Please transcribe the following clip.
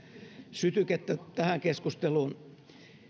sytykettä tähän keskusteluun